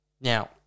Now